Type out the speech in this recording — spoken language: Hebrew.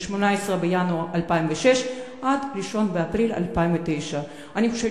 מ-18 בינואר 2006 עד ה-1 באפריל 2009. אני חושבת